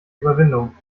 überwindung